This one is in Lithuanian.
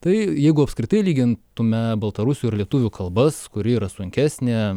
tai jeigu apskritai lygintume baltarusių ir lietuvių kalbas kuri yra sunkesnė